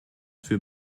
für